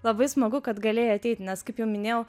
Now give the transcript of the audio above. labai smagu kad galėjai ateiti nes kaip jau minėjau